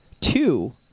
two